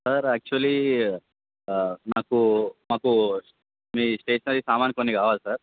sir actually నాకు మాకు మీ స్టేషనరీ సామాను కొన్ని కావాలి సార్